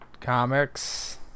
comics